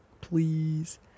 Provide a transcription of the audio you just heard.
Please